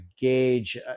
gauge